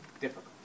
difficult